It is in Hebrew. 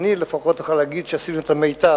שאני לפחות אוכל להגיד שעשינו את המיטב.